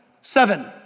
Seven